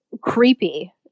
creepy